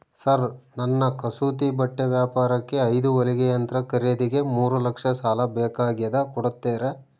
Sir ನನ್ನ ಕಸೂತಿ ಬಟ್ಟೆ ವ್ಯಾಪಾರಕ್ಕೆ ಐದು ಹೊಲಿಗೆ ಯಂತ್ರ ಖರೇದಿಗೆ ಮೂರು ಲಕ್ಷ ಸಾಲ ಬೇಕಾಗ್ಯದ ಕೊಡುತ್ತೇರಾ?